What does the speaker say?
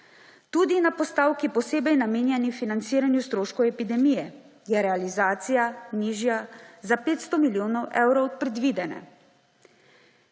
Tudi na postavki, posebej namenjeni financiranju stroškov epidemije, je realizacija nižja za 500 milijonov evrov od predvidene.